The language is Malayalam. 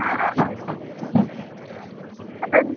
ആ ആ ആ അതും